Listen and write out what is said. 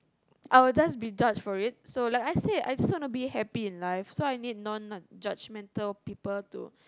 I will just be judged for it so like I said I just want to be happy in life so I need non judgmental people to